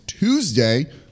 Tuesday